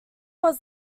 was